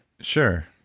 Sure